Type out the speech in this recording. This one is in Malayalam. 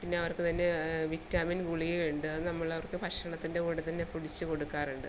പിന്നെയവർക്ക് തന്നെ വിറ്റാമിൻ ഗുളികയുണ്ട് അത് നമ്മളവർക്ക് ഭക്ഷണത്തിൻ്റെ കൂടെത്തന്നെ പൊടിച്ച് കൊടുക്കാറുണ്ട്